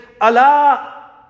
Allah